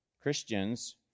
Christians